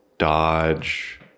Dodge